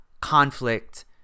conflict